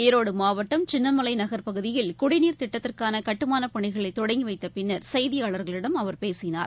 ஈரோடு மாவட்டம் சின்னமலை நகர்பகுதியில் குடிநீர் திட்டத்திற்கான கட்டுமானப்பணிகளை தொடங்கிவைத்த பின்னர் செய்தியாளர்களிடம் அவர் பேசினார்